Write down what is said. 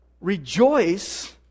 Rejoice